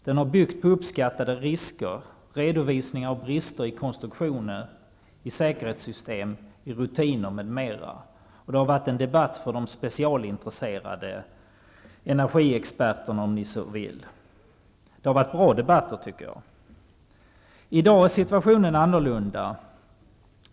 Den har byggt på uppskattade risker och redovisning av brister i konstruktioner, säkerhetssystem, rutiner m.m. Det har varit en debatt för de specialintresserade, energiexperterna, om ni så vill. Det har varit en bra debatt. I dag är situationen annorlunda.